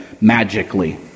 magically